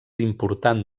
important